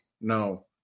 no